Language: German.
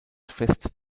fest